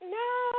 no